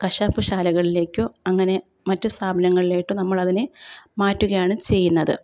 കശാപ്പ് ശാലകളിലേക്കോ അങ്ങനെ മറ്റു സ്ഥാപനങ്ങളിലോട്ട് നമ്മളതിനെ മാറ്റുകയാണ് ചെയ്യുന്നത്